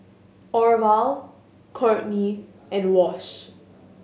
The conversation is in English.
Orval Kortney and Wash